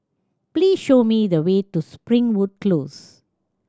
please show me the way to Springwood Close